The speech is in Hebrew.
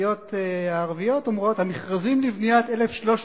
הסיעות הערביות אומרות: "המכרזים לבניית 1,300